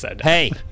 Hey